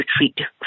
retreat